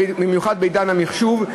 במיוחד בעידן המחשוב.